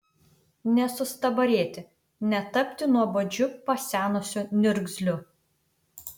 nesustabarėti netapti nuobodžiu pasenusiu niurzgliu